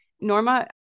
Norma